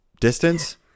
distance